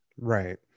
Right